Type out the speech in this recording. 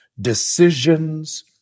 Decisions